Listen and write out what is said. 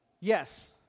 Yes